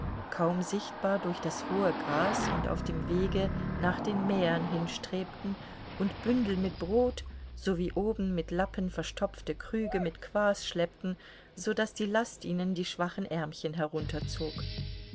kaum sichtbar durch das hohe gras und auf dem wege nach den mähern hinstrebten und bündel mit brot sowie oben mit lappen verstopfte krüge mit kwaß schleppten so daß die last ihnen die schwachen ärmchen